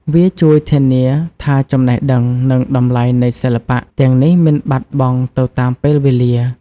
វាជួយធានាថាចំណេះដឹង និងតម្លៃនៃសិល្បៈទាំងនេះមិនបាត់បង់ទៅតាមពេលវេលា។